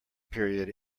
period